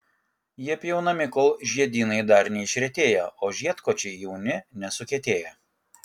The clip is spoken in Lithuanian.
jie pjaunami kol žiedynai dar neišretėję o žiedkočiai jauni nesukietėję